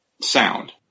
sound